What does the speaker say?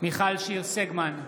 מיכל שיר סגמן,